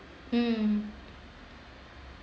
mm